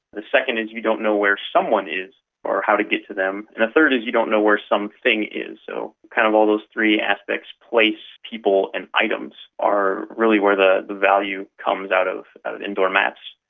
the second is you don't know where someone is or how to get to them, and the third is you don't know where some thing is. so kind of all those three aspects place, people and items are really where the the value comes out of indoor maps.